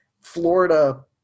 Florida